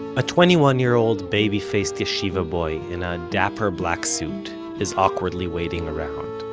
a twenty-one-year-old-baby-faced yeshiva boy in a dapper black suit is awkwardly waiting around.